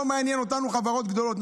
לא מעניינות אותנו חברות גדולות,